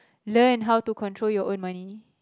learn how to control your own money